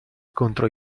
contro